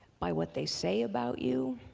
by what they say about you,